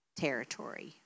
territory